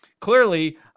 Clearly